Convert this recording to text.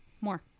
more